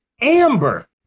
Amber